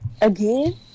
again